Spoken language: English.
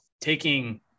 taking